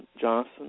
Johnson